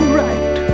right